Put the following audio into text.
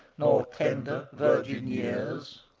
nor tender, virgin years.